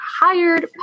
Hired